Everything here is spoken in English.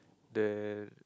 then